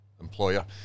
employer